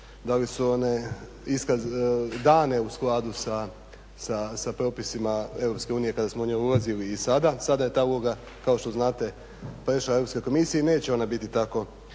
da li su one dane u skladu sa propisima EU kada smo mi ulazili i sada, sada je ta uloga kao što znate prešla Europskoj komisiji, neće ona biti tako